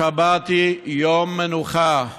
השבת היא יום מנוחה וקדושה.